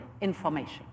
information